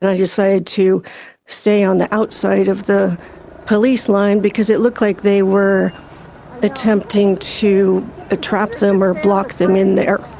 and i decided to stay on the outside of the police line because it looked like they were attempting to trap them or block them in there.